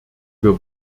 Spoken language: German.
wir